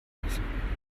lassen